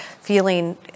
feeling